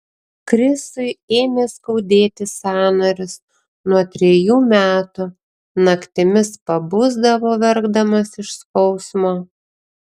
krisui ėmė skaudėti sąnarius nuo trejų metų naktimis pabusdavo verkdamas iš skausmo